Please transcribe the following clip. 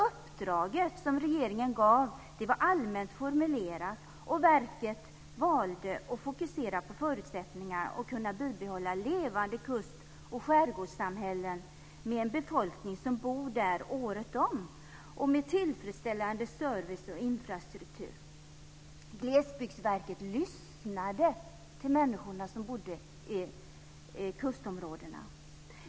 Uppdraget som regeringen gav var allmänt formulerat, och verket valde att fokusera på förutsättningar att kunna bibehålla levande kust och skärgårdssamhällen med en befolkning som bor där året om och med tillfredsställande service och infrastruktur. Glesbygdsverket lyssnade till människorna som bodde i kustområdena.